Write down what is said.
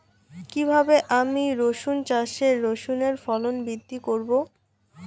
কীভাবে আমি রসুন চাষে রসুনের ফলন বৃদ্ধি করব?